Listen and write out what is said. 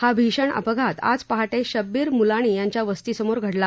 हा भीषण अपघात आज शब्बीर मुलाणी यांच्या वस्ती समोर घडला